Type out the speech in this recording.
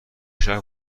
شهر